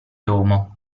homo